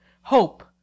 hope